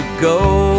Go